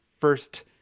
first